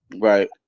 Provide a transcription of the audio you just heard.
Right